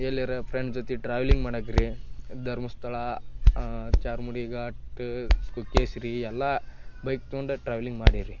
ಎಲ್ಲಾರ ಫ್ರೆಂಡ್ ಜೊತೆ ಟ್ರಾವೆಲಿಂಗ್ ಮಾಡಕ್ರೀ ಧರ್ಮಸ್ಥಳ ಚಾರ್ಮಾಡಿ ಘಾಟು ಕುಕ್ಕೆಶ್ರೀ ಎಲ್ಲ ಬೈಕ್ ತಗೊಂಡೇ ಟ್ರಾವೆಲಿಂಗ್ ಮಾಡೀರಿ